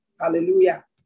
Hallelujah